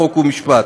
חוק ומשפט.